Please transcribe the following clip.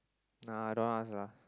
nah I don't want to ask lah